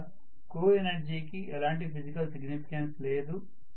ఇక్కడ కోఎనర్జీ కి ఎలాంటి ఫిజికల్ సిగ్నిఫికెన్స్ లేదు